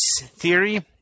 theory